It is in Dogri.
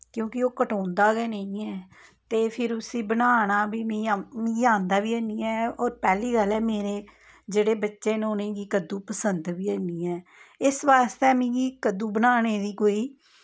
क्योंकि ओह् कटोंदा गै नेईं है ते फिर उस्सी बनाना बी मी औं मिगी औंदा बी हैन्नी ऐ होर पैह्ली गल्ल ऐ मेरे जेह्ड़े बच्चे न उ'नें गी कद्दू पसंद बी हैन्नी ऐ इस बास्तै मिगी कद्दू बनाने दी कोई